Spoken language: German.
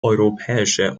europäische